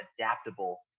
adaptable